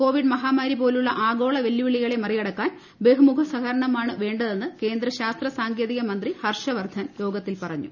Covid മഹാമാരി പോലുള്ളൂ ആഗോള വെല്ലുവിളികളെ മറികടക്കാൻ ബഹുമുഖ്യ സഹകരണമാണ് വേണ്ടതെന്ന് കേന്ദ്ര ശാസ്ത്ര സാങ്ക്രേത്രിക് മന്ത്രി ഹർഷവർധൻ യോഗത്തിൽ പറഞ്ഞു